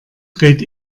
dreht